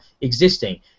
existing